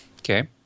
Okay